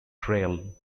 trail